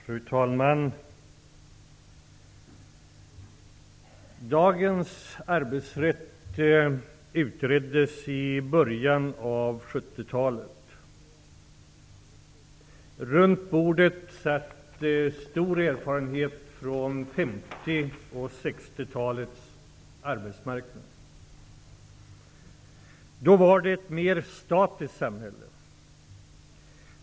Fru talman! Dagens arbetsrätt utreddes i början av 70-talet. Runt bordet satt personer med stor erfarenhet från 50 och 60-talens arbetsmarknad. Då var det ett mer statiskt samhälle.